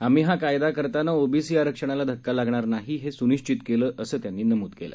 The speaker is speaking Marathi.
आम्ही हा कायदा करताना ओबीसी आरक्षणाला धक्का लागणार नाही हे स्निश्चित केलं होतं असं त्यांनी नमूद केलं